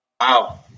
Wow